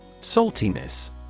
Saltiness